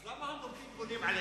אז למה המורדים בונים עליך?